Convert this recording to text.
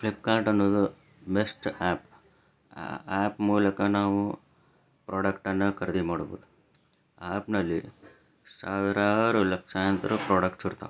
ಫ್ಲಿಪ್ಕಾರ್ಟ್ ಅನ್ನೋದು best app ಆ app ಮೂಲಕ ನಾವು ಪ್ರಾಡಕ್ಟನ್ನು ಖರೀದಿ ಮಾಡ್ಬೋದು ಆ ಆ್ಯಪ್ನಲ್ಲಿ ಸಾವಿರಾರು ಲಕ್ಷಾಂತರ ಪ್ರಾಡಕ್ಟ್ಸ್ ಇರ್ತಾವೆ